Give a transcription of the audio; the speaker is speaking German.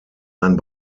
ein